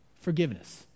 forgiveness